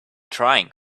trying